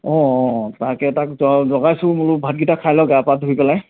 অঁ অঁ অঁ তাকে তাক জগাইছোঁ বোলো ভাতকেইটা খাই ল গা পা ধুই পেলাই